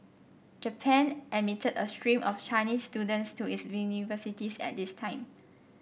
Japan admitted a stream of Chinese students to its universities at this time